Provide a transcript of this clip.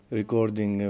recording